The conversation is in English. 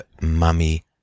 mummy